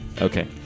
Okay